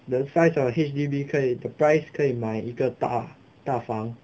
the size of H_D_B 可以 the price 可以买一个大大房